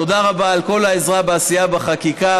תודה רבה על כל העזרה בעשייה בחקיקה.